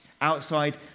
Outside